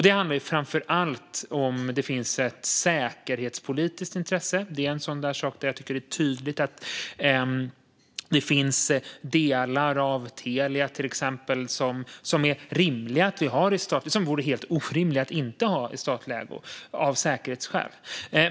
Det är framför allt om det finns ett säkerhetspolitiskt intresse. Det är en sådan sak där jag tycker att det är tydligt. Det finns till exempel delar av Telia som vore helt orimliga att inte ha i statlig ägo av säkerhetsskäl.